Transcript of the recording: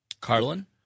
Carlin